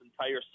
entire